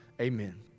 Amen